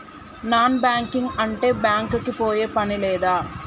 Non banking అంటే bank కి పోయే పని లేదా?